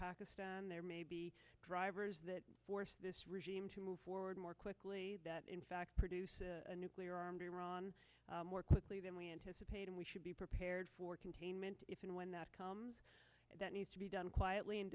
pakistan there may be drivers that this regime to move forward more quickly that in fact produce a nuclear armed iran more quickly than we anticipated we should be prepared for containment if and when that comes that needs to be done quietly and